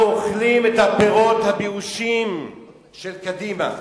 אנחנו אוכלים את הפירות הבאושים של קדימה.